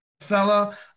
Fella